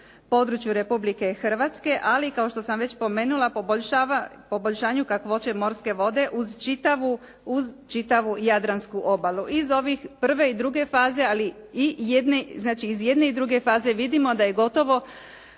području Republike Hrvatske, ali kao što sam već spomenula poboljšanju kakvoće morske vode uz čitavu Jadransku obalu. Iz ovih, prve i druge faze, ali iz jedne i druge faze vidimo da je gotovo